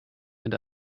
and